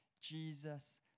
Jesus